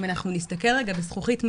אם אנחנו נסתכל בזכוכית מגדלת,